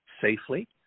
safely